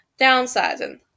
Downsizing